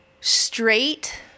straight